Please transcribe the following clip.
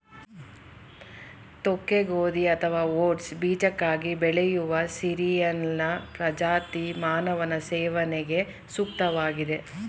ತೋಕೆ ಗೋಧಿ ಅಥವಾ ಓಟ್ಸ್ ಬೀಜಕ್ಕಾಗಿ ಬೆಳೆಯುವ ಸೀರಿಯಲ್ನ ಪ್ರಜಾತಿ ಮಾನವನ ಸೇವನೆಗೆ ಸೂಕ್ತವಾಗಿದೆ